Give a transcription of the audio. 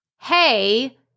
Hey